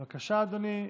בבקשה, אדוני.